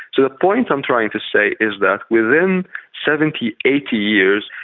so the point i'm trying to say is that within seventy, eighty years,